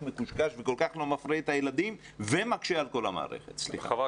לא מפרה את הילדים ומקשה על כל המערכת.